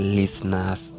listeners